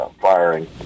firing